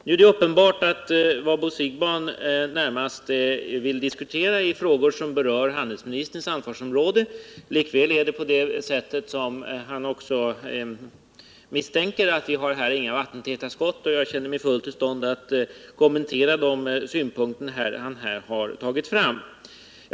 Nu är det uppenbart att vad Bo Siegbahn närmast vill diskutera är frågor som berör handelsministerns ansvarsområde. Likväl finns det som han misstänkte inga vattentäta skott, och jag känner mig därför fullt i stånd att kommentera synpunkterna.